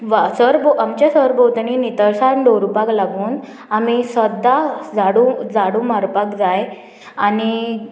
वा सरभोव आमच्या सरभोंवतणी नितळसाण दवरुपाक लागून आमी सद्दां झाडू झाडू मारपाक जाय आनी